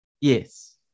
Yes